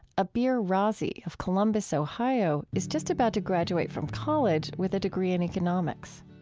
abeer raazi of columbus, ohio, is just about to graduate from college with a degree in economics.